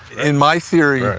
in my theory, ah